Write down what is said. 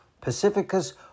Pacificus